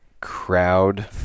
crowd